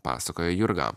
pasakoja jurga